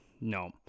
No